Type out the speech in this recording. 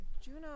Juno